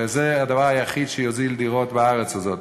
וזה הדבר היחיד שיוזיל דירות בארץ הזאת.